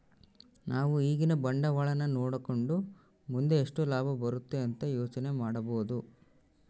ನಾವು ಈಗಿನ ಬಂಡವಾಳನ ನೋಡಕಂಡು ಮುಂದೆ ಎಷ್ಟು ಲಾಭ ಬರುತೆ ಅಂತ ಯೋಚನೆ ಮಾಡಬೋದು